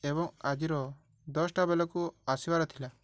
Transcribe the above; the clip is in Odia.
ଏବଂ ଆଜିର ଦଶଟା ବେଳକୁ ଆସିବାର ଥିଲା